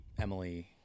Emily